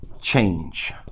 change